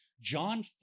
John